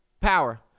Power